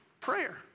prayer